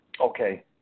Okay